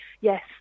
yes